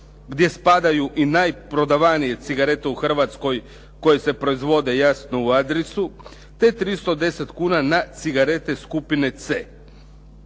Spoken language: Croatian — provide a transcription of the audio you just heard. gdje spadaju i najprodavanije cigarete u Hrvatskoj koje se proizvode, jasno u Adrisu te 310 kuna na cigarete skupine c.